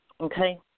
Okay